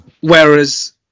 Whereas